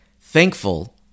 thankful